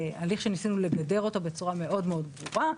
הליך שניסינו לגדר אותו בצורה מאוד ברורה,